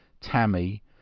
Tammy